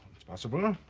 it's possible.